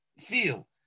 feel